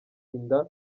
inda